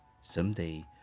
Someday